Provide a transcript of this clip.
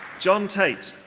john tate.